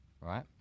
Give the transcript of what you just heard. right